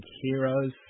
heroes